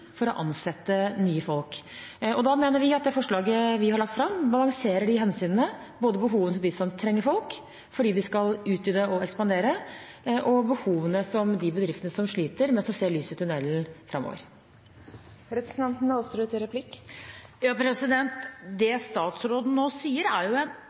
for å ansette nye folk. Da mener vi det forslaget vi har lagt fram, balanserer de hensynene – både behovene til de som trenger folk fordi de skal utvide og ekspandere, og behovene til de bedriftene som sliter, men som ser lys i tunnelen framover.